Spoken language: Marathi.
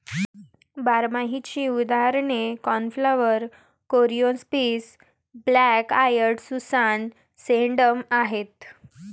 बारमाहीची उदाहरणे cornflower, coreopsis, black eyed Susan, sedum आहेत